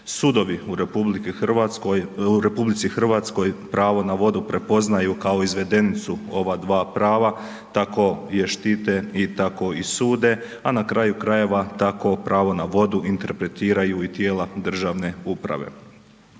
Sudovi u RH pravo na vodu prepoznaju kao izvedenicu ova dva prava, tako je štite i tako i sude, a na kraju krajeva, tako pravo na vodu interpretiraju i tijela državne uprave.